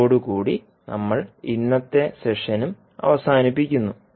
ഇതോടുകൂടി നമ്മൾ ഇന്നത്തെ സെഷനും അവസാനിപ്പിക്കുന്നു